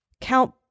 Count